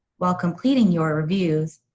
while completing your reviews,